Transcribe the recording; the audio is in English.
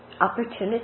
opportunity